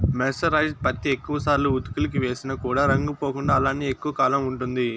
mercerised పత్తి ఎక్కువ సార్లు ఉతుకులకి వేసిన కూడా రంగు పోకుండా అలానే ఎక్కువ కాలం ఉంటుంది